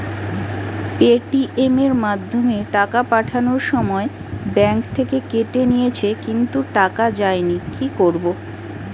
Paytm এর মাধ্যমে টাকা পাঠানোর সময় ব্যাংক থেকে কেটে নিয়েছে কিন্তু টাকা যায়নি কি করব?